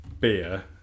beer